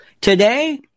Today